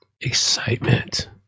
Excitement